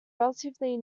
relatively